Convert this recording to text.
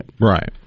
right